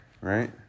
right